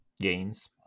games